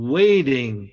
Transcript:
waiting